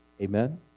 Amen